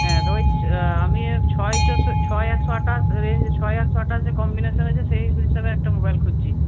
হ্যাঁ ওই আমি ওই ছয় ছয় একশো আঠাশ রেঞ্জের ছয় একশো আঠাশ যে কম্বিনেশান আছে সেই হিসাবে একটা মোবাইল খুঁজছি